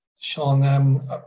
Sean